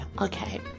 Okay